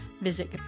Visit